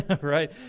Right